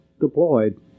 deployed